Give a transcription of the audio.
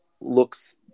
looks